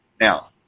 Now